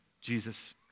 Jesus